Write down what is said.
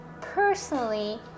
personally